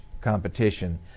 competition